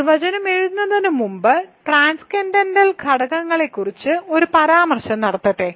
നിർവചനം എഴുതുന്നതിനുമുമ്പ് ട്രാൻസ്ക്കൻഡന്റൽ ഘടകങ്ങളെക്കുറിച്ച് ഒരു പരാമർശം നടത്തട്ടെ